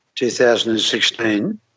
2016